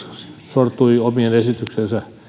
sortui omien esitystensä